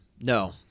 No